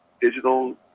digital